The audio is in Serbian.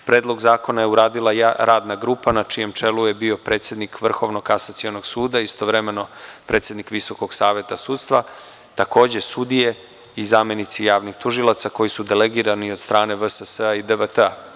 Predlog zakona je uradila radna grupa na čijem čelu je bio predsednik Vrhovnog kasacionog suda, istovremeno predsednik Visokog saveta sudstva, takođe sudije i zamenici javnih tužilaca koji su delegirani od strane VSS i DVT.